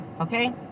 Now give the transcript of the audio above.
okay